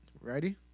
Ready